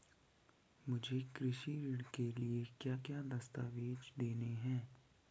मुझे कृषि ऋण के लिए क्या क्या दस्तावेज़ देने हैं?